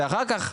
ואחר כך,